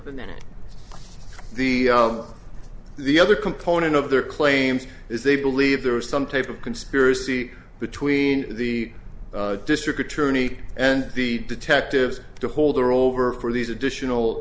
and then the other component of their claims is they believe there was some type of conspiracy between the district attorney and the detectives to hold her over for these additional